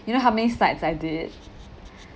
you know how many slides I did